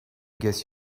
guess